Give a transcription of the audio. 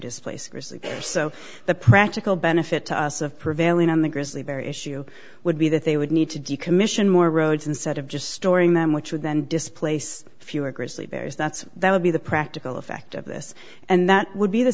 displace so the practical benefit to us of prevailing on the grizzly bear issue would be that they would need to decommission more roads instead of just storing them which would then displace fewer grizzly bears that's that would be the practical effect of this and that would be th